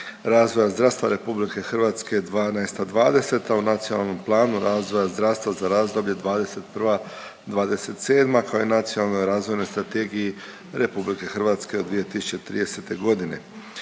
razvoja zdravstva RH '12.-'20., u Nacionalnom planu razvoja zdravstva za razdoblje '21.-'27. kao i Nacionalnoj razvojnoj strategiji RH od 2030. godine.